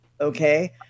okay